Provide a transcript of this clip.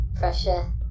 Pressure